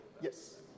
Yes